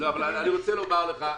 אני רוצה לומר מה